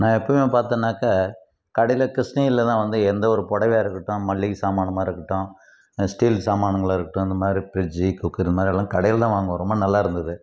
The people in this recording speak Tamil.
நான் எப்போவுமே பார்த்தம்னாக்கா கடையில் கிருஷ்ணகிரியில் தான் வந்து எந்த ஒரு புடவையா இருக்கட்டும் மளிகை சாமானமாக இருக்கட்டும் ஸ்டீல் சாமானுங்களாக இருக்கட்டும் இந்த மாதிரி ஃப்ரிட்ஜ்ஜு குக்கரு இந்த மாதிரி எல்லாம் கடையில் தான் வாங்குவோம் ரொம்ப நல்லா இருந்தது